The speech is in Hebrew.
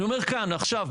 אני אומר כאן ועכשיו,